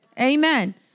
Amen